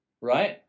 Right